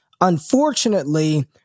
unfortunately